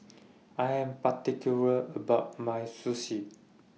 I Am particular about My Sushi